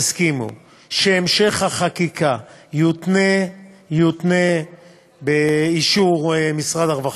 יסכימו שהמשך החקיקה יותנה באישור משרד הרווחה,